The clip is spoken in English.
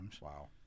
Wow